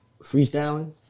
Freestyling